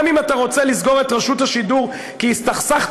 גם אם אתה רוצה לסגור את רשות השידור כי הסתכסכת